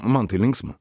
man tai linksma